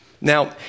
Now